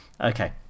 Okay